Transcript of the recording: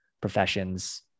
professions